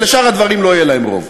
אבל לשאר הדברים לא יהיה להם רוב.